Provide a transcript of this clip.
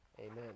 Amen